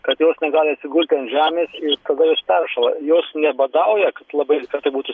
kad jos negali atsigulti ant žemės ir tada jos peršąla jos nebadauja kad labai kad tai būtų